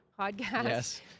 podcast